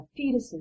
fetuses